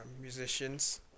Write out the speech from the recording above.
musicians